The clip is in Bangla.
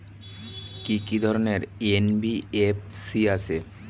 কি কি ধরনের এন.বি.এফ.সি আছে?